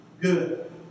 Good